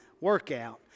workout